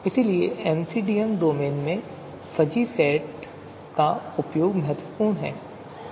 इसलिए MCDM domain में fuzzy set का उपयोग महत्वपूर्ण है